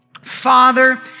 Father